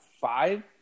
Five